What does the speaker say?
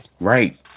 Right